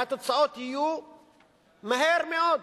והתוצאות יהיו מהר מאוד.